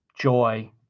joy